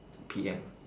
P M